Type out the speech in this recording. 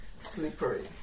slippery